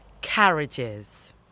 Carriages